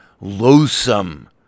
loathsome